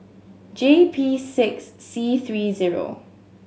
J P six C three zero